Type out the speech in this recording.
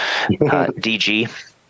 DG